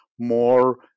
more